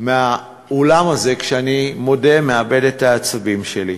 מהאולם הזה, כשאני, מודה, מאבד את העצבים שלי.